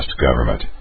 government